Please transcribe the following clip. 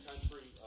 country